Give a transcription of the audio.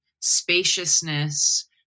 spaciousness